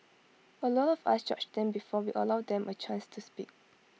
A lot of us judge them before we allow them A chance to speak